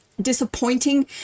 disappointing